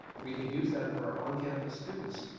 we can use that for our on campus students.